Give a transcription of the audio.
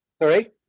Sorry